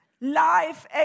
life